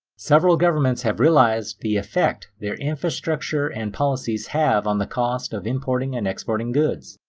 several governments have realized the effect their infrastructure and policies have on the cost of importing and exporting goods.